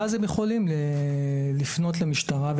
ואז הם יכולים לפנות למשטרה.